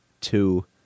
two